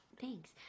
Thanks